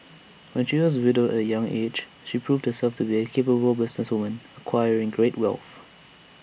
when she was widowed at A young aged she proved herself to be A capable businesswoman acquiring great wealth